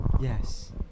Yes